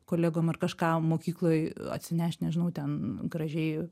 kolegom ar kažką mokykloj atsinešt nežinau ten gražiai